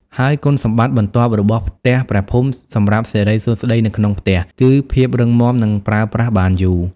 ហើយគុណសម្បត្តិបន្ទាប់របស់ផ្ទះព្រះភូមិសម្រាប់សិរីសួស្តីនៅក្នុងផ្ទះ គឺភាពរឹងមាំនិងប្រើប្រាស់បានយូរ។